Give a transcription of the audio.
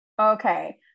Okay